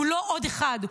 הוא לא עוד אחד.